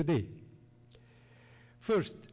today first